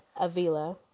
Avila